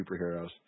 superheroes